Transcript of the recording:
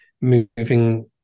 moving